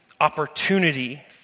opportunity